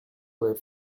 where